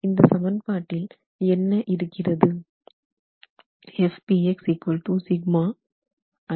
இந்தச் சமன்பாட்டில் என்ன இருக்கிறது